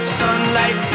sunlight